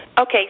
Okay